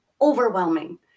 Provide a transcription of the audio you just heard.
overwhelming